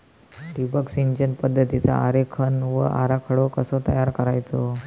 ठिबक सिंचन पद्धतीचा आरेखन व आराखडो कसो तयार करायचो?